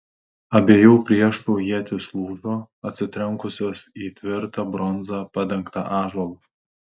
abiejų priešų ietys lūžo atsitrenkusios į tvirta bronza padengtą ąžuolą